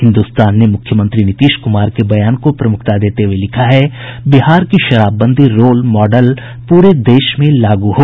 हिन्दुस्तान ने मुख्यमंत्री नीतीश कुमार के बयान को प्रमुखता देते हुये लिखा है बिहार की शराबबंदी रोल मॉडल पूरे देश में लागू हो